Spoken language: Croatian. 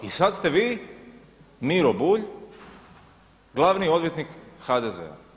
I sad ste vi Miro Bulj glavni odvjetnik HDZ-a.